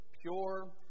pure